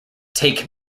take